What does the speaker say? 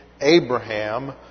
Abraham